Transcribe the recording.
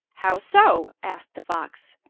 how so? asked the fox.